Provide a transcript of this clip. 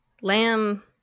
Lamb